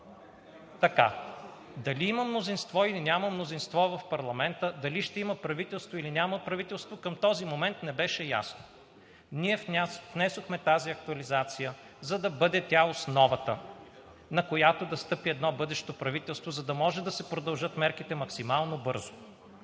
Дали има мнозинство, или няма мнозинство в парламента, дали ще има правителство, или няма да има правителство, към този момент не беше ясно. Ние внесохме тази актуализация, за да бъде основата, на която да стъпи едно бъдещо правителство, за да може да се продължат мерките максимално бързо.